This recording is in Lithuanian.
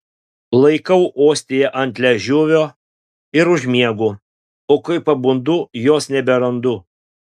laikau ostiją ant liežuvio ir užmiegu o kai pabundu jos neberandu